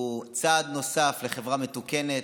הוא צעד נוסף לחברה מתוקנת,